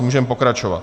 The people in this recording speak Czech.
Můžeme pokračovat.